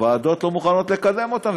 הוועדות לא מוכנות לקדם אותן,